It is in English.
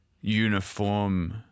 uniform